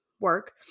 work –